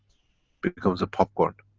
but becomes a popcorn.